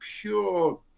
pure